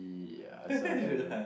ya